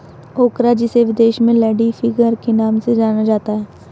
ओकरा जिसे विदेश में लेडी फिंगर के नाम से जाना जाता है